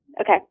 Okay